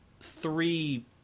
three